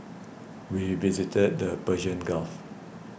we visited the Persian Gulf